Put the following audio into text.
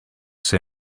say